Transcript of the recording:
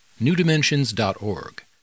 newdimensions.org